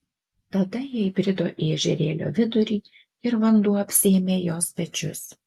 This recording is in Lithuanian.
tada jie įbrido į ežerėlio vidurį ir vanduo apsėmė jos pečius